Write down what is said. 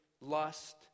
lust